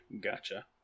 gotcha